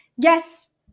Yes